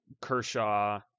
Kershaw